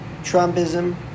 Trumpism